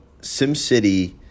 SimCity